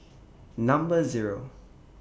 Number Zero